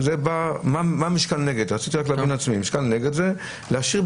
זה להשאיר